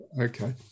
Okay